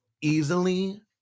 easily